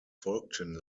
folgten